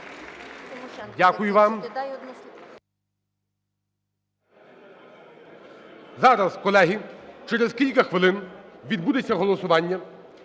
Дякую вам.